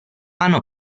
anno